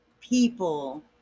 people